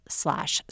slash